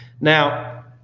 Now